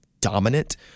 dominant